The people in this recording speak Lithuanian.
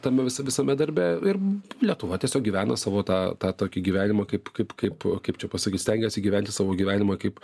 tame visa visame darbe ir lietuva tiesiog gyvena savo tą tą tokį gyvenimą kaip kaip kaip kaip čia pasakius stengiuosi gyventi savo gyvenimą kaip